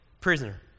prisoner